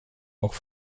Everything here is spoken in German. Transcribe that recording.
auch